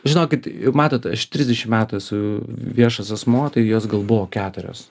žinokit matot aš trisdešim metų esu viešas asmuo tai jos gal buvo keturios